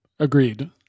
Agreed